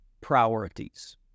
priorities